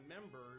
members